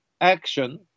action